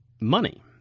money